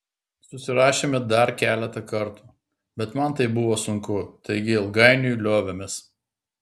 susirašėme dar keletą kartų bet man tai buvo sunku taigi ilgainiui liovėmės